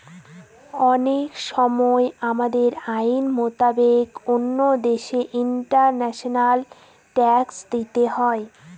অনেক সময় আমাদের আইন মোতাবেক অন্য দেশে ইন্টারন্যাশনাল ট্যাক্স দিতে হয়